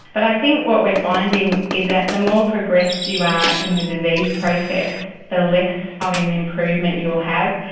but i think what we're finding is that the more progressed you are in the disease process the less um of an improvement you'll have.